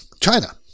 China